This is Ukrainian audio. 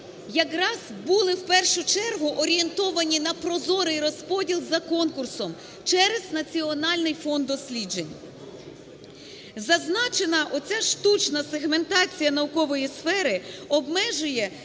якраз були, в першу чергу, орієнтовані на прозорий розподіл за конкурсом через Національний фонд досліджень. Зазначена оця штучна сегментація наукової сфери обмежує